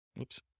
Oops